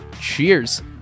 Cheers